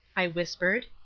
i whispered.